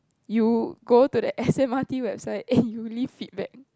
you go to the S_M_R_T website and you leave feedback